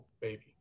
baby